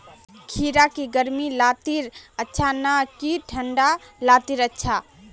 खीरा की गर्मी लात्तिर अच्छा ना की ठंडा लात्तिर अच्छा?